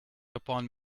upon